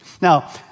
Now